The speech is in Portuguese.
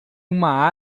uma